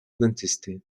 dentysty